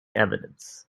evidence